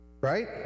right